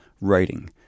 writing